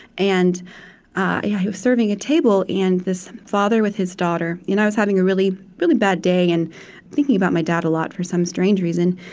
and i was serving a table, and this father with his daughter and i was having a really, really bad day and thinking about my dad a lot, for some strange reason,